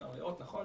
סרטן ריאות, נכון.